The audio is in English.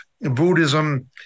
Buddhism